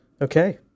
Okay